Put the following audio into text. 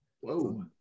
Whoa